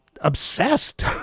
obsessed